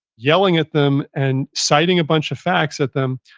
yelling at them and citing a bunch of facts at them,